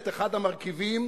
לא,